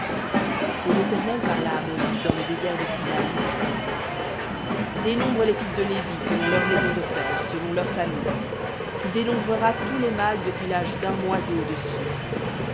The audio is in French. et l'éternel parla à moïse dans le désert de sinaï disant dénombre les fils de lévi selon leurs maisons de pères selon leurs familles tu dénombreras tous les mâles depuis l'âge d'un mois et au-dessus